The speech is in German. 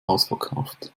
ausverkauft